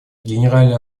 генеральная